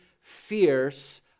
fierce